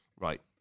Right